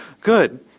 good